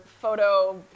photo